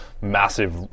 massive